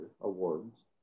awards